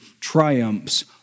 triumphs